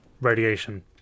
radiation